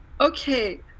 okay